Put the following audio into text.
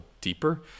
deeper